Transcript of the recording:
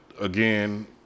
again